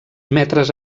metres